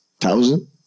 Thousand